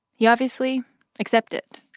he obviously accepted.